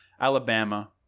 Alabama